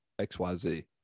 xyz